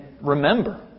remember